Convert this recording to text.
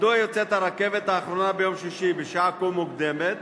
רצוני לשאול: 1. מדוע יוצאת הרכבת האחרונה ביום שישי בשעה כה מוקדמת?